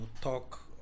talk